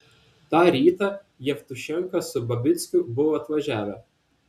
tą rytą jevtušenka su babickiu buvo atvažiavę